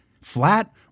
Flat